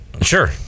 sure